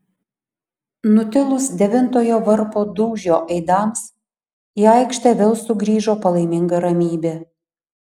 nutilus devintojo varpo dūžio aidams į aikštę vėl sugrįžo palaiminga ramybė